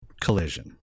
Collision